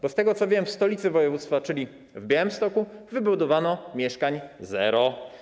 Bo z tego, co wiem, w stolicy województwa, czyli w Białymstoku, wybudowano mieszkań zero.